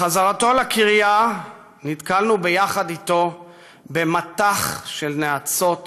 בחזרתו לקריה ברגל נתקלנו ביחד איתו במטח של נאצות